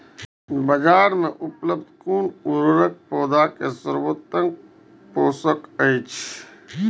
बाजार में उपलब्ध कुन उर्वरक पौधा के सर्वोत्तम पोषक अछि?